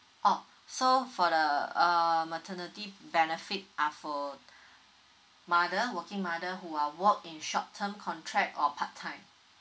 oh so for the uh maternity benefit are for mother working mother who are work in short term contract or part time